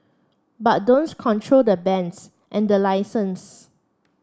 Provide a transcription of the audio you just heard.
but control the bands and the licenses